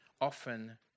often